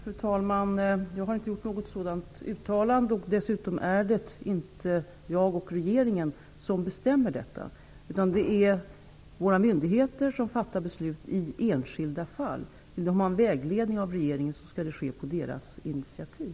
Fru talman! Jag har inte gjort något sådant uttalande. Det är inte jag och regeringen som bestämmer detta, utan det är våra myndigheter som fattar beslut i enskilda fall. Om de vill ha vägledning av regeringen skall det ske på deras initiativ.